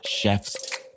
chef's